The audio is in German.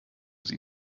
sie